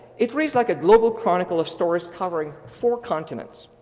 it reads like a global chronicle of stories covering four continents.